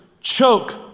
choke